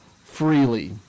freely